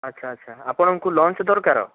ଆଚ୍ଛା ଆଚ୍ଛା ଆପଣଙ୍କୁ ଲଞ୍ଚ୍ ଦରକାର